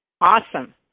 Awesome